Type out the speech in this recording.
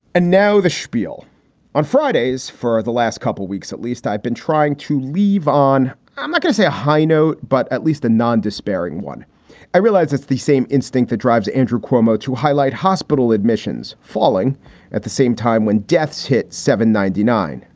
and now the spiel on fridays for the last couple of weeks, at least, i've been trying to leave on um like ah a high note, but at least a non despairing one i realize it's the same instinct that drives andrew cuomo to highlight hospital admissions falling at the same time when deaths hit seven ninety nine.